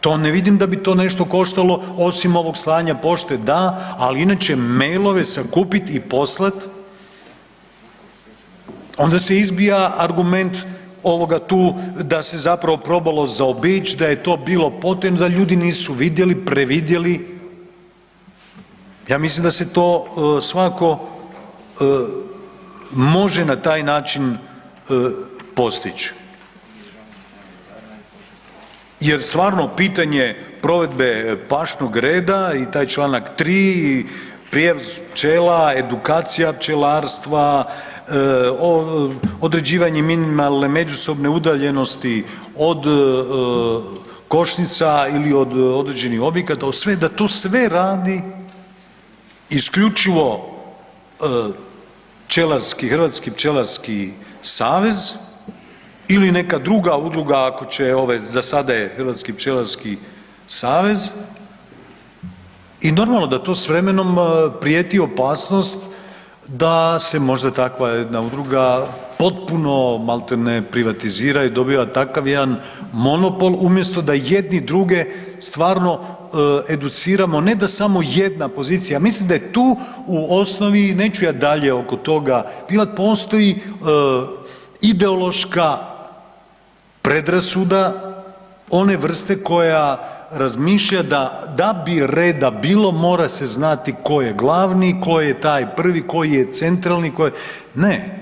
To ne vidim da bi to nešto koštalo osim ovog slanja pošte, da, ali inače mailove sakupiti i poslati, onda se izbija argument ovoga tu da se zapravo probalo zaobići, da je to bilo potrebno, da ljudi nisu vidjeli, previdjeli, ja mislim da se to svako može na taj način postići jer stvarno pitanje provedbe pašnog reda i taj čl. 3, ... pčela, edukacija pčelarstva, određivanje minimalne međusobne udaljenosti od košnica ili od određenih objekata, o sve, da to sve radi isključivo pčelarski, Hrvatski pčelarski savez ili neka druga udruga, ako će, ove, za sada je HPS i normalno da to s vremenom prijeti opasnost da se možda takva jedna udruga potpuno maltene privatizira i dobiva takav jedan monopol umjesto da jedni druge stvarno educiramo, ne da samo jedna pozicija, mislim da je tu u osnovi, neću ja dalje oko toga pilati, postoji ideološka predrasuda one vrste koja razmišlja da bi reda bilo, mora se znati tko je glavni, tko je taj prvi, tko je centralni, tko je, ne.